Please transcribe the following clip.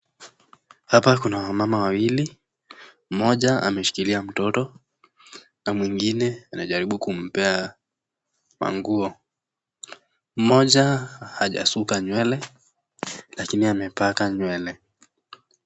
Hapa kuna wamama wawili, mmoja ameshikilia mtoto na mwingine anajaribu kumpea manguo. Mmoja hajashuka nywele, lakini amepaka nywele.